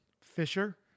Fisher